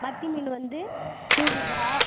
மத்தி மீன் வந்து நூறுரூபா